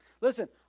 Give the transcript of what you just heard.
Listen